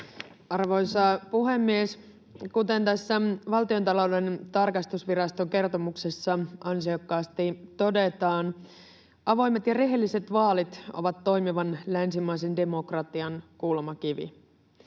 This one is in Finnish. Arvoisa puhemies! Kuten tässä Valtiontalouden tarkastusviraston kertomuksessa ansiokkaasti todetaan, avoimet ja rehelliset vaalit ovat toimivan länsimaisen demokratian kulmakivi.